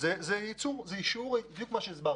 זה בדיוק מה שהסברת: